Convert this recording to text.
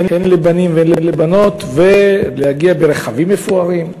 הן לבנים והן לבנות, ולהגיע ברכבים מפוארים.